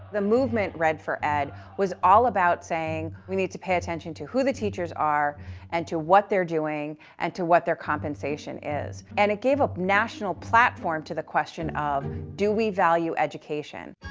the movement, red for ed was all about saying we need to pay attention to who the teachers are and to what they're doing and to what their compensation is. and it gave a national platform to the question of do we value education?